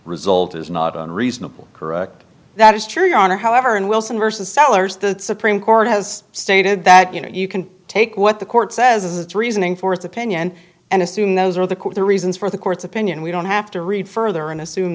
result is not unreasonable correct that is true your honor however in wilson versus sellars the supreme court has stated that you know you can take what the court says as reasoning for its opinion and assume those are the court the reasons for the court's opinion we don't have to read further and assume